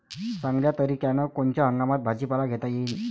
चांगल्या तरीक्यानं कोनच्या हंगामात भाजीपाला घेता येईन?